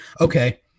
okay